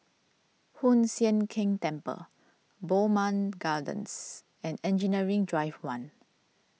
Hoon Sian Keng Temple Bowmont Gardens and Engineering Drive one